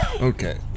Okay